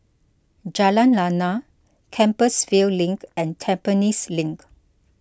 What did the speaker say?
Jalan Lana Compassvale Link and Tampines Link